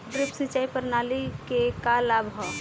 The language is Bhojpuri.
ड्रिप सिंचाई प्रणाली के का लाभ ह?